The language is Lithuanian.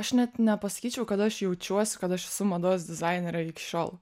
aš net nepasakyčiau kad aš jaučiuosi kad aš esu mados dizainerė iki šiol